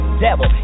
Devil